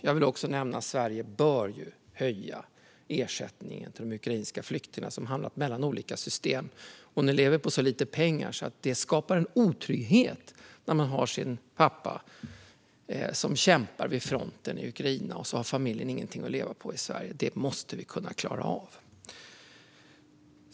Jag vill också nämna att Sverige bör höja ersättningen till de ukrainska flyktingarna, som har hamnat mellan olika system och som nu lever på så lite pengar att det skapar en otrygghet. Pappor kämpar vid fronten i Ukraina, och så har familjen ingenting att leva på i Sverige. Detta måste vi kunna klara av.